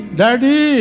daddy